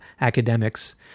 academics